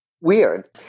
weird